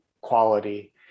quality